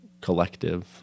collective